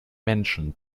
menschen